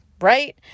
right